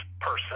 person